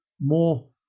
more